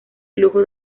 flujo